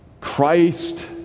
Christ